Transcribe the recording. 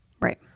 right